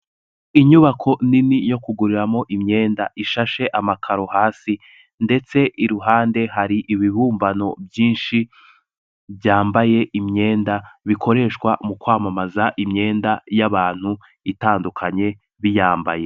Inyubako nini yo kuguriramo imyenda, ishashe amakaro hasi, ndetse iruhande hari ibibumbano byinshi byambaye imyenda bikoreshwa mu kwamamaza imyenda y'abantu itandukanye biyambaye.